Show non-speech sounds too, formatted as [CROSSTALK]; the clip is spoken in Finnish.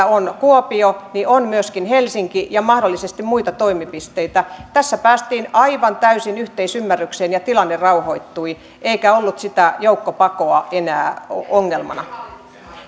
[UNINTELLIGIBLE] on kuopio on myöskin helsinki ja mahdollisesti muita toimipisteitä tässä päästiin aivan täysin yhteisymmärrykseen ja tilanne rauhoittui eikä ollut sitä joukkopakoa enää ongelmana